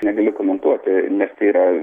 negaliu komentuoti nes tai yra